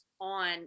on